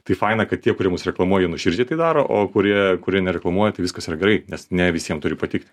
tai faina kad tie kurie mus reklamuoja jie nuoširdžiai tai daro o kurie kurie nereklamuoja tai viskas yra gerai nes ne visiem turi patikti